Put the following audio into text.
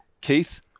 Keith